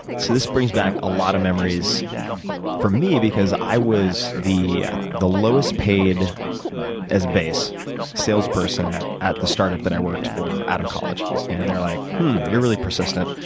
this brings back a lot of memories for me because i was the the lowest paid as base sales person at the start up that i worked for out of college and they are like you are really persistent.